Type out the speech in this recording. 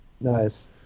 Nice